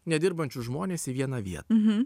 nedirbančius žmones į vieną vietą